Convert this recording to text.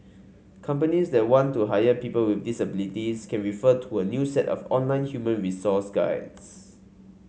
companies that want to hire people with disabilities can refer to a new set of online human resource guides